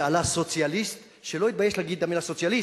כשעלה סוציאליסט שלא התבייש לומר את המלה "סוציאליסט",